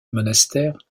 monastère